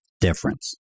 difference